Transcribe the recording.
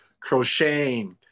crocheting